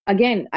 Again